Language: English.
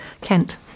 Kent